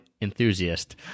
enthusiast